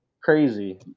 Crazy